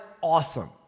awesome